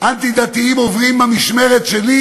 אנטי-דתיים עוברים במשמרת שלי?"